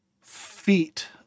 feet